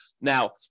Now